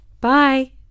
bye